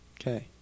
Okay